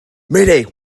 mayday